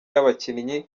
y’abakinnyi